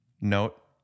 note